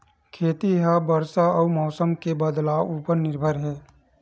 खेती हा बरसा अउ मौसम के बदलाव उपर निर्भर हे